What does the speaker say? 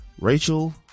Rachel